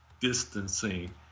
distancing